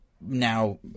now